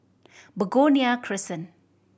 Begonia Crescent